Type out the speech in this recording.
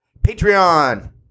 Patreon